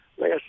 last